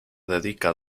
dedica